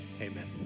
Amen